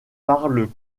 parle